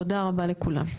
תודה רבה לכולם.